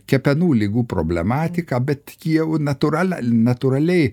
kepenų ligų problematiką bet jau natūralia natūraliai